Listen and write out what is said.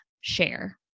share